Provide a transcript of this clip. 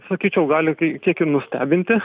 sakyčiau gali kie kiek ir nustebinti